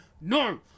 no